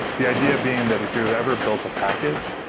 the idea being that if you've ever built a package,